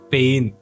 Pain